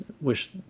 wish